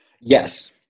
Yes